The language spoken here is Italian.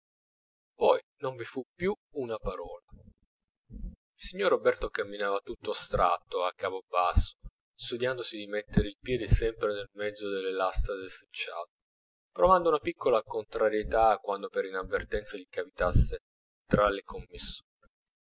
poi non vi fu più una parola il signor roberto camminava tutto astratto a capo basso studiandosi di mettere il piede sempre nel mezzo delle lastre del selciato provando una piccola contrarietà quando per inavvertenza gli capitasse tra le